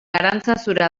arantzazura